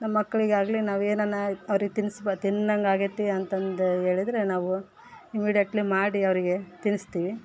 ನಮ್ಮ ಮಕ್ಳಿಗಾಲಿ ನಾವೇನನ್ನ ಅವ್ರಿಗೆ ತಿನಿಸ್ಬೇಕು ತಿನ್ನೊಂಗಾಗೈತಿ ಅಂತಂದ್ರೆ ಹೇಳಿದ್ರೆ ನಾವು ಇಮಿಡೆಟ್ಲಿ ಮಾಡಿ ಅವರಿಗೆ ತಿನಿಸ್ತೀವಿ